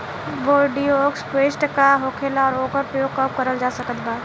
Bordeaux paste का होखेला और ओकर प्रयोग कब करल जा सकत बा?